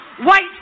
white